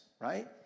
right